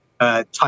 type